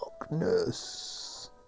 darkness